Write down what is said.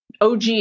OG